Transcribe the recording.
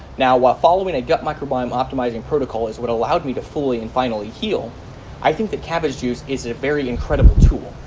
now while following a gut microbiome optimizing protocol is what allowed me to fully and finally heal i think that cabbage juice is a very incredible tool,